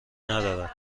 ندارد